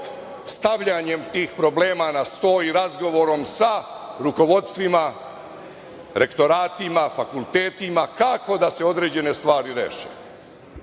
stavljanjem tih problema na sto i razgovorom sa rukovodstvima, rektoratima, fakultetima, kako da se određene stvari reše.